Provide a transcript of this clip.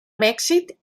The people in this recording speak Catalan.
mèxic